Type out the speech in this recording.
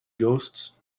ghosts